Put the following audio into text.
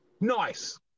nice